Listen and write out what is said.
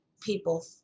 people